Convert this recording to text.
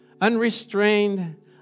unrestrained